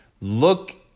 look